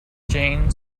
jane